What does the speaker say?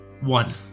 One